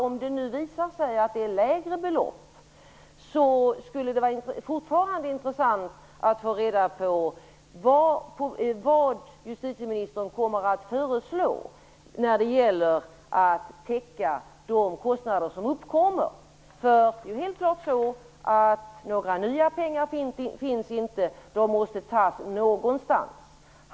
Om det nu visar sig att beloppet är lägre, skulle det fortfarande vara intressant att få reda på vad justitieministern kommer att föreslå när det gäller att täcka de kostnader som uppkommer, för helt klart är att några nya pengar finns inte och de måste ju tas någonstans.